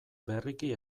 berriki